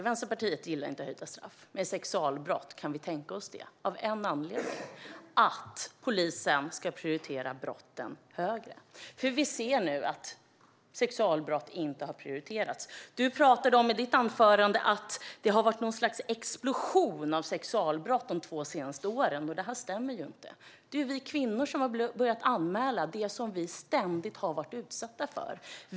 Vänsterpartiet gillar inte höjda straff, men när det gäller sexualbrott kan vi tänka oss det, av en anledning, nämligen att polisen ska prioritera dessa brott högre. Vi ser nu att sexualbrott inte har prioriterats. Tomas Tobé, du talade i ditt anförande om att det har skett en explosion av sexualbrott de två senaste åren. Det stämmer ju inte. Det är vi kvinnor som har börjat anmäla det som vi ständigt har varit utsatta för.